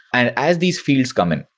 and as these fields come in,